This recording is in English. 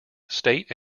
state